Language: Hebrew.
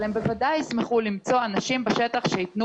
אבל הם בוודאי ישמחו למצוא אנשים בשטח שייתנו